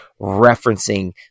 referencing